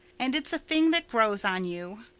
and it's a thing that grows on you.